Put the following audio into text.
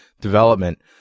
development